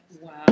Wow